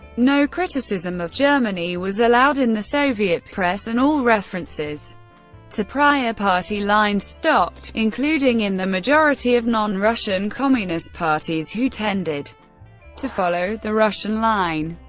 no criticism of germany was allowed in the soviet press, and all references to prior party lines stopped including in the majority of non-russian communist parties who tended to follow the russian line.